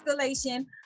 installation